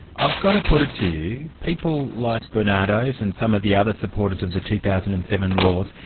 i've got to put it to you, people like barnardo's and some of the other supporters of the two thousand and seven laws,